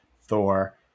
Thor